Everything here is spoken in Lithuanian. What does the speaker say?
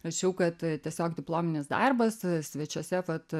rašiau kad tiesiog diplominis darbas svečiuose vat